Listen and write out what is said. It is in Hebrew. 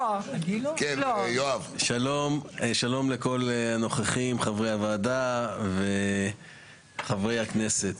שלום לכל הנוכחים, חברי הוועדה וחברי הכנסת,